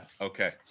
okay